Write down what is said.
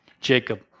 Jacob